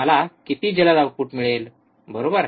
मला किती जलद आउटपुट मिळेल बरोबर